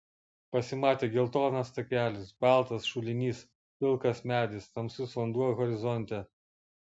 pasimatė geltonas takelis baltas šulinys pilkas medis tamsus vanduo horizonte